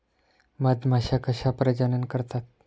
मधमाश्या कशा प्रजनन करतात?